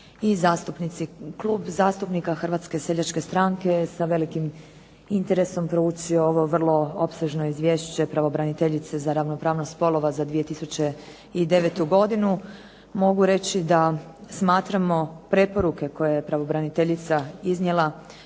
Klub zastupnika Hrvatske seljačke stranke je sa velikim interesom proučio ovo vrlo opsežno Izvješće pravobraniteljice za ravnopravnost spolova za 2009. godinu. Mogu reći da smatramo preporuke koje je pravobraniteljica iznijela,